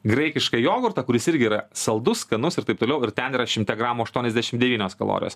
graikišką jogurtą kuris irgi yra saldus skanus ir taip toliau ir ten yra šimte gramų aštuoniasdešim devynios kalorijos